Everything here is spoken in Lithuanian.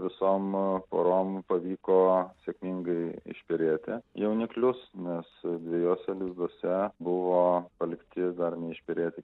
visom porom pavyko sėkmingai išperėti jauniklius nes dvejuose lizduose buvo palikti dar neišbyrėti